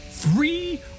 Three